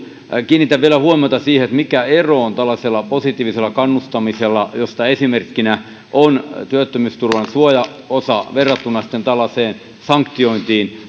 kiinnitän vielä huomiota siihen mikä ero on tällaisella positiivisella kannustamisella josta esimerkkinä on työttömyysturvan suojaosa verrattuna sitten tällaiseen sanktiointiin